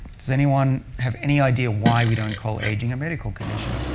does anyone have any idea why we don't call aging a medical condition?